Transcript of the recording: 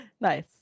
nice